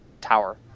tower